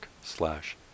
slash